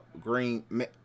Green